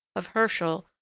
of herschel,